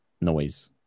noise